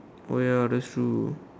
oh ya that's true